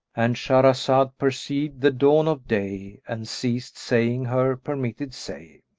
and shahrazad perceived the dawn of day and ceased saying her permitted say.